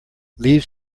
leaves